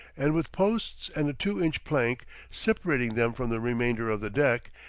and with posts and a two-inch plank separating them from the remainder of the deck,